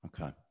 Okay